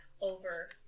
over